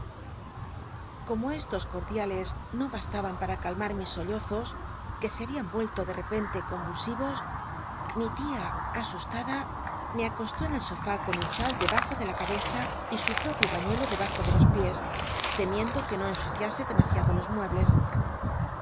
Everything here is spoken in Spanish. como estos cordiales no bastaban para calmar mis sollozos que se habían uelto de r'cpcnte conyulsivos mi tia asustada me acostó en el sofá con un chal debajo de la cabeza y su propio pañuelo debajo de los piés temiendo u e no ensuciase demasiado los muebles